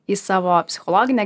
į savo psichologinę